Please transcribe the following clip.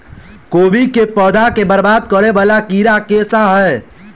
कोबी केँ पौधा केँ बरबाद करे वला कीड़ा केँ सा है?